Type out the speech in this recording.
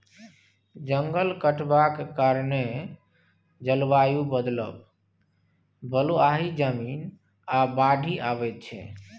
जंगल कटबाक कारणेँ जलबायु बदलब, बलुआही जमीन, आ बाढ़ि आबय छै